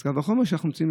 קל וחומר כאן.